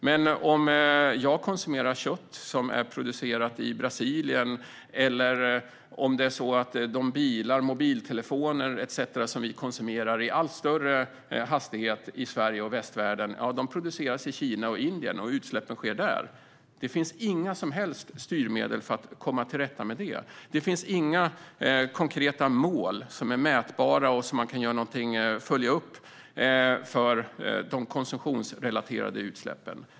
Men kött som vi konsumerar kan vara producerat i Brasilien, och bilar, mobiltelefoner etcetera som vi konsumerar i allt högre hastighet i Sverige och västvärlden produceras i Kina och Indien, och utsläppen sker där. Det finns inga som helst styrmedel för att komma till rätta med det. Det finns inga konkreta mätbara mål som man kan följa upp för de konsumtionsrelaterade utsläppen.